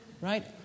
Right